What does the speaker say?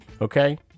okay